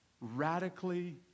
radically